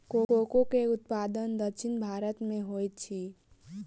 cocoa के उत्पादन दक्षिण भारत में होइत अछि